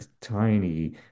tiny